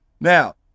Now